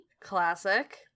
Classic